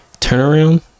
turnaround